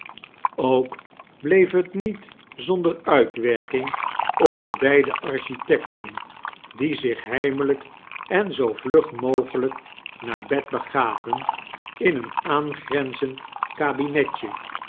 ook bleef het niet zonder uitwerking op de beide architeoten die zich heimelijk en zoo vlug mogelijk naar bed begaven in een aangrenzend kabinetje